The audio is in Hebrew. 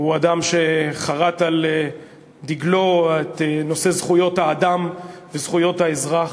הוא אדם שחרת על דגלו את נושא זכויות האדם וזכויות האזרח.